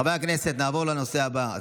חברי הכנסת, נעבור לנושא הבא,